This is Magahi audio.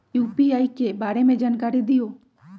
यू.पी.आई के बारे में जानकारी दियौ?